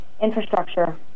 infrastructure